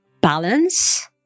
balance